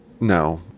No